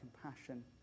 compassion